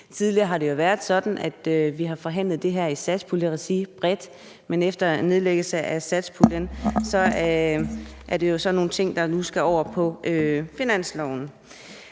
Tidligere har det jo været sådan, at vi har forhandlet det her bredt i satspuljeregi, men efter nedlæggelsen af satspuljen, er det en af de ting, nu skal over på finansloven.